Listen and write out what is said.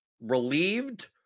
relieved